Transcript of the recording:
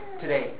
today